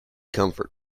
comfort